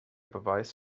beweis